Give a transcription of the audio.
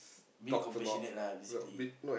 being compassionate lah basically